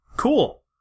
cool